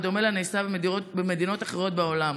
בדומה לנעשה במדינות אחרות בעולם: